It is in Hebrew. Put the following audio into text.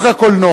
זה חוק הקולנוע,